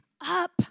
up